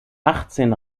achtzehn